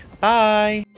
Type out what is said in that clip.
Bye